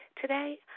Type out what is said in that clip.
today